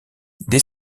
dès